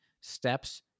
steps